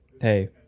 Hey